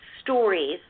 stories